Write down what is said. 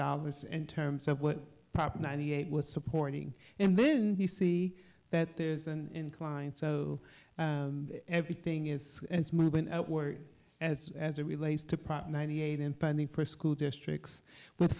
dollars in terms of what prop ninety eight was supporting and then you see that there's an incline so everything is as much as it relates to prop ninety eight impending for school districts with